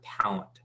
talent